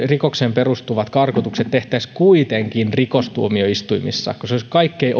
rikokseen perustuvat karkotukset tehtäisiin kuitenkin rikostuomioistuimissa koska se olisi kaikkein